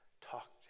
talk